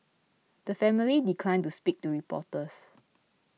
the family declined to speak to reporters